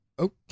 Okay